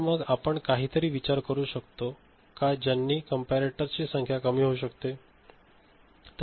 तर मग आपण काहीतरी विचार करू शकतो का ज्यांनी कंपॅरेटर्स ची संख्या कमी होऊ शकते